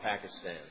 Pakistan